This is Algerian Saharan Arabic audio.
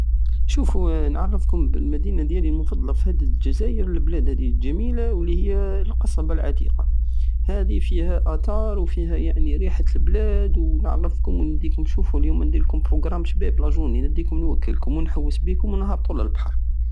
شوفو نعرفكم بالمدينة ديالي المفضلة في هاد الجزائر البلاد الجميلة والهي القصبة العتيقة هادي فيها اتار وفيها يعني ريحت لبلاد ونعرفكم ونديكم تشوفو ليومة نديرلكم بروقرام شباب لاجورني ونديكم نحوس بيكم لاجورني للبحر